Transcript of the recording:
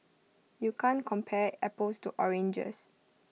you can't compare apples to oranges